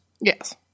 Yes